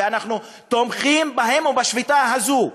ואנחנו תומכים בהם ובשביתה הזו,